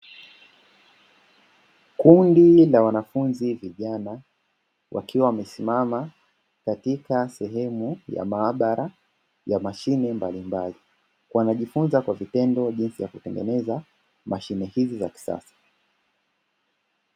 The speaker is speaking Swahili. Kundi la wanafunzi vijana wakiwa wamesimama katika sehemu ya maabara ya mashine mbalimbali. Wanajifunza kwa vitendo jinsi ya kutengeneza mashine hizi za kisasa.